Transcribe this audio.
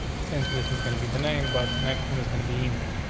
since this is gonna be the name, but the next one is gonna be email.